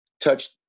touch